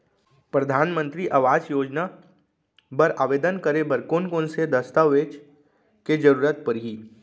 परधानमंतरी आवास योजना बर आवेदन करे बर कोन कोन से दस्तावेज के जरूरत परही?